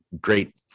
great